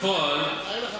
תאר לך,